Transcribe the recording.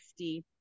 50